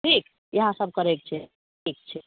ठीक इएह एक सब करैके छै ठीक छै